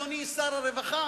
אדוני שר הרווחה,